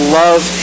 love